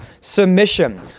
submission